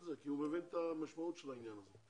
זה כי הוא מבין את המשמעות של העניין הזה.